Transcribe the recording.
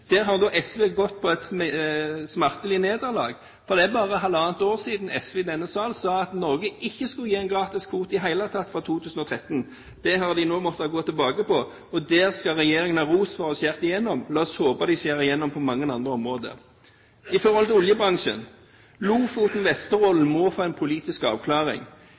Der har SV gått på et smertelig nederlag. Det er bare halvannet år siden SV i denne sal sa at Norge ikke skulle gi en gratiskvote i det hele tatt fra 2013. Det har de nå måttet gå tilbake på. Der skal regjeringen ha ros for at den skar igjennom. Jeg håper den skjærer igjennom på mange andre områder. Så til oljebransjen. Lofoten–Vesterålen må få en politisk avklaring.